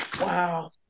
Wow